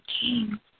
King